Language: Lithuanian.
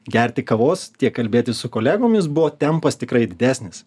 gerti kavos tiek kalbėtis su kolegomis buvo tempas tikrai didesnis